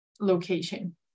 location